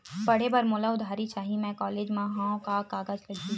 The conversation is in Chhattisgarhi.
पढ़े बर मोला उधारी चाही मैं कॉलेज मा हव, का कागज लगही?